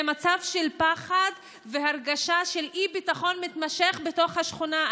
זה מצב של פחד והרגשה של אי-ביטחון מתמשך בתוך השכונה.